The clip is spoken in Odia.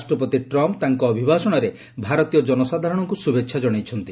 ରାଷ୍ଟ୍ରପତି ଟ୍ରମ୍ପ୍ ତାଙ୍କ ଅଭିଭାଷଣରେ ଭାରତୀୟ କନସାଧାରଣଙ୍କୁ ଶୁଭେଛା କଶାଇଛନ୍ତି